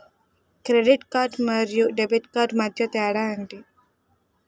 Credit card మరియు debit card మధ్య తేడా ఎంటి?